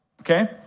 okay